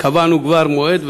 קבענו כבר מועד,